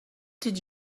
did